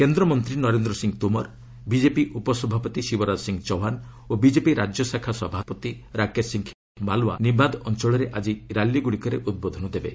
କେନ୍ଦ୍ରମନ୍ତ୍ରୀ ନରେନ୍ଦ୍ର ସିଂ ତୋମର ବିଜେପି ଉପସଭାପତି ଶିବରାଜ ସିଂ ଚୌହାନ ଓ ବିଜେପି ରାଜ୍ୟଶାଖା ସଭାପତି ରାକେଶ ସିଂ ମାଲ୍ଓ୍ବା ନିମାଦ୍ ଅଞ୍ଚଳରେ ଆକି ର୍ୟାଲିଗୁଡ଼ିକରେ ଉଦ୍ବୋଧନ ଦେବେ